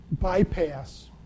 bypass